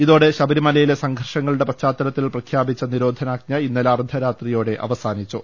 ഇതോടെ ശബരിമലയിലെ സംഘർഷ ങ്ങളുടെ പശ്ചാത്തലത്തിൽ പ്രഖ്യാപിച്ച നിരോധനാജ്ഞ ഇന്നലെ അർദ്ധരാത്രിയോടെ അവസാനിച്ചു